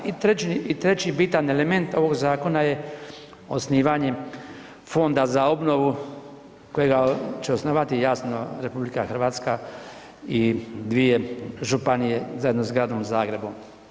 I treći bitan element ovog zakona je osnivanje fonda za obnovu kojega će osnovati jasno RH i dvije županije zajedno s Gradom Zagrebom.